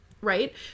right